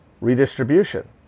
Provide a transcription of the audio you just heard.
redistribution